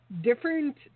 different